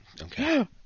Okay